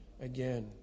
again